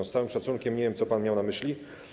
Z całym szacunkiem, nie wiem, co pan miał na myśli.